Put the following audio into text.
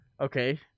Okay